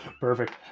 Perfect